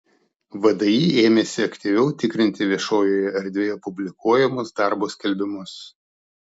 vdi ėmėsi aktyviau tikrinti viešojoje erdvėje publikuojamus darbo skelbimus